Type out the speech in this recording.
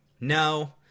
no